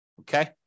Okay